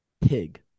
Pig